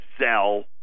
sell